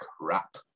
crap